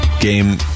game